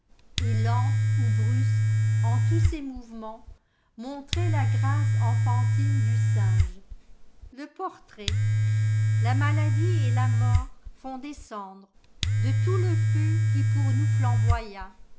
et lente ou brusque en tous ses mouvements montrait la grâce enfantine du singe rv le portrait la maladie et la mort font des cendresde tout le feu qui pour nous flamboya